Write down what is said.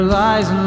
lies